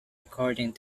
recording